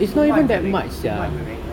two months I think two months I think